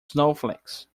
snowflakes